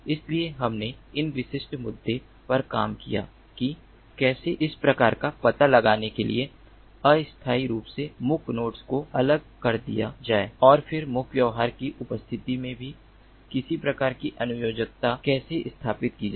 इसलिए हमने इस विशेष मुद्दे पर काम किया कि कैसे इस प्रकार का पता लगाने के लिए अस्थायी रूप से मुक् नोड्स को अलग कर दिया जाए और फिर मुक् व्यवहार की उपस्थिति में भी किसी प्रकार की अनुयोजकता कैसे स्थापित की जाए